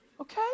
Okay